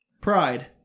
Pride